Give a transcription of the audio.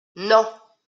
non